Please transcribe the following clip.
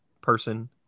person